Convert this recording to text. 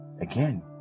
Again